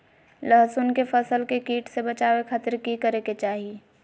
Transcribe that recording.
लहसुन के फसल के कीट से बचावे खातिर की करे के चाही?